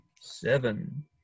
seven